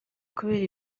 kubera